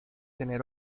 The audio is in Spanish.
tener